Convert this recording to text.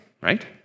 right